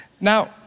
Now